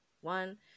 one